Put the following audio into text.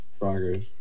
Froggers